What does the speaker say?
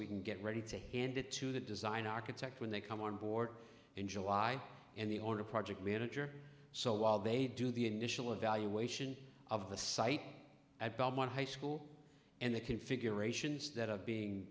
we can get ready to hand it to the design architect when they come on board in july and the owner project manager so while they do the initial evaluation of the site at belmont high school and the configurations that are being